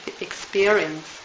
experience